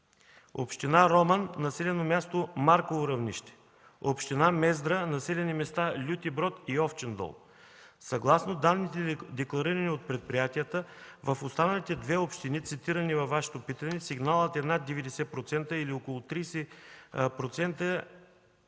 община Роман – населено място Марково равнище; община Мездра – населени места Лютиброд и Очиндол. Съгласно данните, декларирани от предприятията, в останалите две общини, цитирани във Вашето питане, сигналът е над 90%, чието подобрение